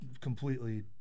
completely